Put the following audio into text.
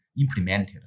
implemented